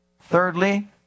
Thirdly